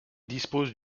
disposent